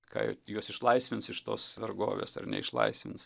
kad juos išlaisvins iš tos vergovės ar neišlaisvins